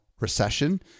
recession